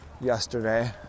yesterday